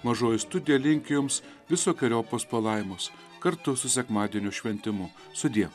mažoji studija linki jums visokeriopos palaimos kartu su sekmadienio šventimu sudie